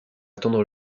attendre